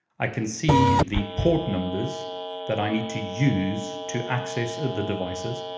i can see the port numbers that i need to use to access the devices.